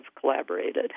collaborated